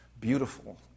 beautiful